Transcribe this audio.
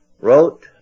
wrote